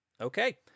Okay